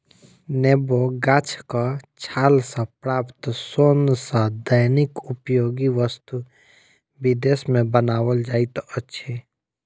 नेबो गाछक छाल सॅ प्राप्त सोन सॅ दैनिक उपयोगी वस्तु विदेश मे बनाओल जाइत अछि